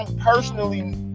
personally